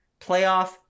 playoff